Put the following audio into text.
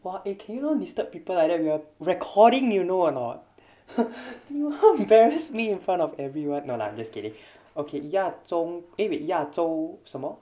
!wah! eh can you don't disturb people like that we are recording you know or not you embarrass me in front of everyone no lah I'm just kidding okay 亚中 eh wait 亚洲什么